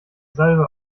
salve